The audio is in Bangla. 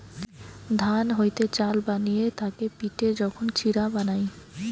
ধান হইতে চাল বানিয়ে তাকে পিটে যখন চিড়া বানায়